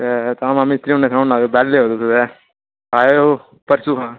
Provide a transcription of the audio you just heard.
ते में हा मिस्त्री होरें गी सनाई ओड़ना की बेह्ले ओ ते तां ओह् परसों हां